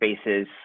spaces